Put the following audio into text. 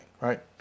right